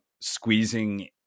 squeezing